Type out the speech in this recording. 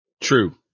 True